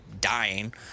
dying